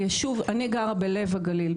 אני גרה בלב הגליל,